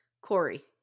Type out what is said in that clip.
Corey